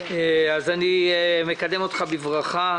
אני מקדם אותך בברכה.